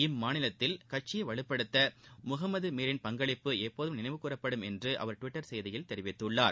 இம்மாநிலத்தில் கட்சியை வலுப்படுத்த முகமது மீரின் பங்களிப்பு எப்போதும் நினைவு கூரப்படும் என்று அவர் டுவிட்டர் செய்தியில் கூறியுள்ளார்